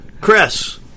Chris